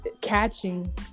catching